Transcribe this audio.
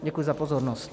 Děkuji za pozornost.